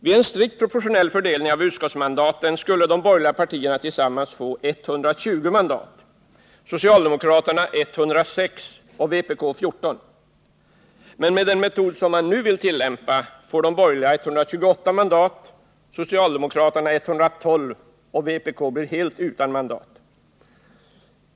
Vid en strikt proportionell fördelning av utskottsmandaten skulle de borgerliga partierna tillsammans få 120 mandat, socialdemokraterna 106 och vpk 14, men med den metod som man nu vill tillämpa får de borgerliga 128 mandat och socialdemokraterna 112, medan vpk blir helt utan mandat.